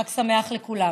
חג שמח לכולם.